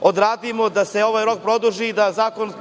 odradimo da se ovaj rok produži i da